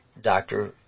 doctor